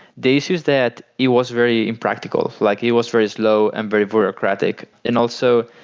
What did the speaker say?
the issues that it was very impractical. like it was very slow and very bureaucratic. and also,